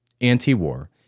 anti-war